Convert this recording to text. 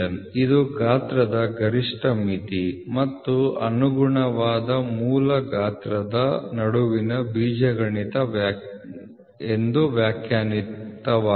ಇದು ಗಾತ್ರದ ಗರಿಷ್ಠ ಮಿತಿ ಮತ್ತು ಅನುಗುಣವಾದ ಮೂಲ ಗಾತ್ರದ ನಡುವಿನ ಬೀಜಗಣಿತ ವ್ಯತ್ಯಾಸವಾಗಿದೆ